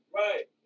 right